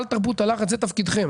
אל תרפו את הלחץ, זה תפקידכם.